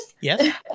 yes